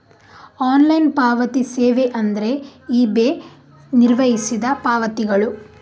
online ಪಾವತಿ ಸೇವೆಯೆಂದರೆ eBay ನಿರ್ವಹಿಸಿದ ಪಾವತಿಗಳು